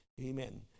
Amen